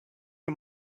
him